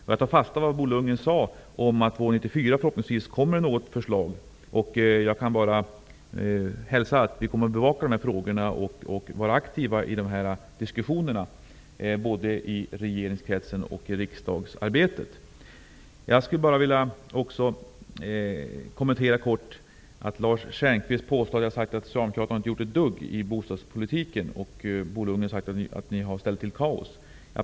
Jag tar fasta på vad Bo Lundgren sade, dvs. att det förhoppningsvis kommer ett förslag år 1994. Jag kan bara hälsa att vi kommer att bevaka frågorna och vara aktiva i diskussionerna, både i regeringskretsen och i riksdagsarbetet. Lars Stjernkvist påstod att jag hade sagt att Socialdemokraterna inte har gjort ett dugg i bostadspolitiken och att Bo Lundgren hade sagt att de har ställt till kaos.